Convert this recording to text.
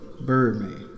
Birdman